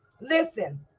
Listen